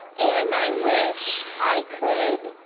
and that i wish i could